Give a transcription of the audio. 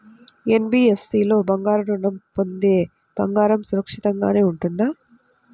NBFC లో బంగారు ఋణం పొందితే బంగారం సురక్షితంగానే ఉంటుందా?